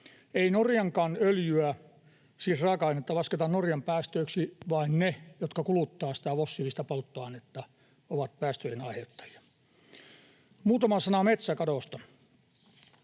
Ei Norjankaan öljyä, siis raaka-ainetta, lasketa Norjan päästöiksi, vaan ne, jotka kuluttavat sitä fossiilista polttoainetta, ovat päästöjen aiheuttajia. Muutama sana metsäkadosta: